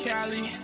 Cali